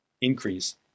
increase